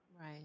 right